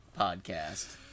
podcast